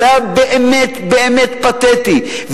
זה היה באמת באמת פתטי.